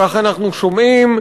כך אנחנו שומעים,